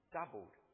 doubled